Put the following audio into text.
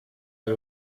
ari